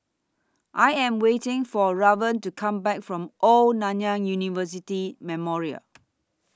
I Am waiting For Raven to Come Back from Old Nanyang University Memorial